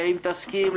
אם תסכים,